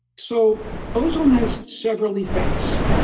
so ozone has several effects.